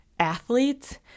Athletes